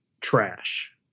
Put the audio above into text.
trash